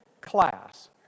class